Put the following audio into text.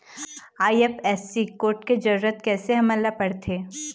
IFSC code के जरूरत कैसे हमन ला पड़थे?